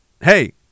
hey